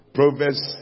Proverbs